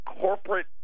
corporate